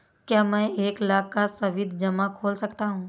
क्या मैं एक लाख का सावधि जमा खोल सकता हूँ?